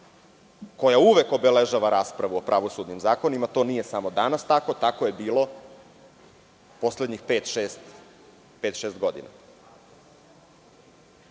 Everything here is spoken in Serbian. koja uvek obeležava raspravu o pravosudnim zakonima, to nije samo danas tako, tako je bilo poslednjih pet šest